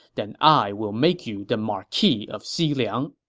then i will make you the marquis of xiliang.